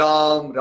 Ram